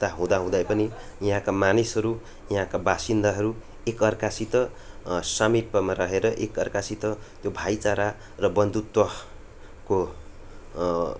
ता हुँदाहुँदै पनि यहाँका मानिसहरू यहाँका बासिन्दाहरू एकाअर्कासित समीपमा रहेर एकाअर्कासित त्यो भाइचारा र बन्धुत्वको